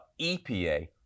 epa